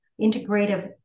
integrative